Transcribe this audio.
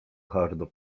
hardo